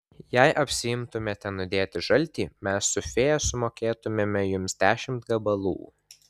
jei apsiimtumėte nudėti žaltį mes su fėja sumokėtumėme jums dešimt gabalų